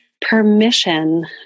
permission